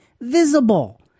visible